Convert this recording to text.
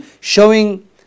Showing